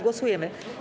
Głosujemy.